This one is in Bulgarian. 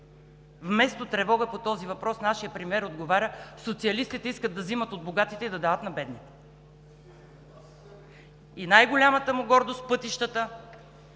Вместо тревога по този въпрос нашият премиер отговаря: „Социалистите искат да взимат от богатите и да дават на бедните.“ И най-голямата му гордост – пътищата,